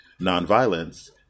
nonviolence